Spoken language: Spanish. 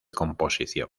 composición